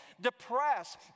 depressed